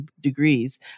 degrees